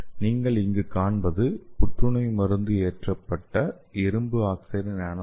நீங்கள் இங்கு காண்பது புற்றுநோய் மருந்து ஏற்றப்பட்ட இரும்பு ஆக்சைடு நானோ துகள்